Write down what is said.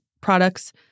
products